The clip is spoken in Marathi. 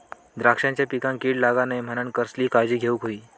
द्राक्षांच्या पिकांक कीड लागता नये म्हणान कसली काळजी घेऊक होई?